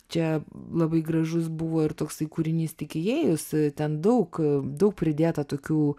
čia labai gražus buvo ir toksai kūrinys tik įėjus ten daug daug pridėta tokių